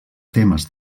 temes